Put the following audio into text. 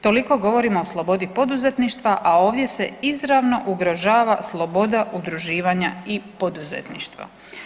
Toliko govorimo o slobodi poduzetništva, a ovdje se izravno ugrožava sloboda udruživanja i poduzetništva.